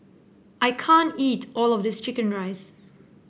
I can't eat all of this chicken rice